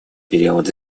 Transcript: период